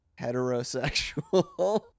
heterosexual